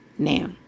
Now